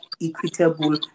equitable